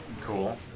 Cool